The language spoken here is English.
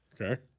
Okay